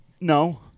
No